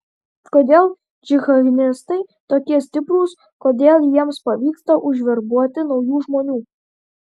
kodėl džihadistai tokie stiprūs kodėl jiems pavyksta užverbuoti naujų žmonių